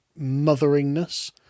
motheringness